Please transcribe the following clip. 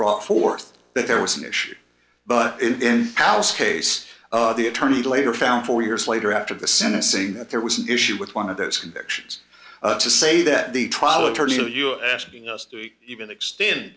brought forth that there was an issue but in house case the attorney later found four years later after the sentencing that there was an issue with one of those convictions to say that the trial attorney to you asking us to even extend